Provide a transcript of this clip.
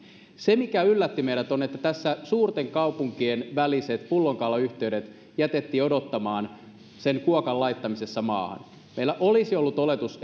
se mikä yllätti meidät on että tässä suurten kaupunkien väliset pullonkaulayhteydet jätettiin odottamaan sen kuokan laittamisessa maahan meillä olisi ollut oletus